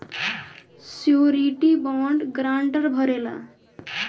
surety bond guarantor भरेला